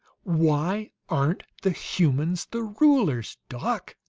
why aren't the humans the rulers, doc?